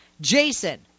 Jason